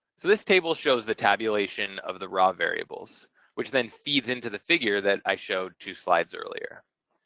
so this table shows the tabulation of the raw variables which then feeds into the figure that i showed two slides earlier.